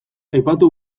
aipatu